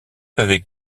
avait